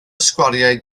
sgwariau